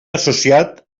associat